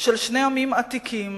של שני עמים עתיקים